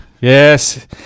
Yes